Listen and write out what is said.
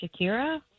Shakira